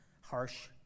harsh